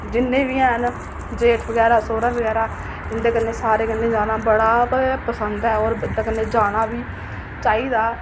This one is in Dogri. जिन्ने बी हैन जेठ बगैरा सौह्रा बगैरा इंदे सारें कन्नै जाना बड़ा पसंद ऐ होर इंदे कन्नै जाना बी चाहिदा